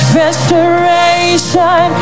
restoration